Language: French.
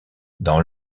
dans